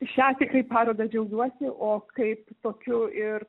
šią tikrai parodą džiaugiuosi o kaip tokiu ir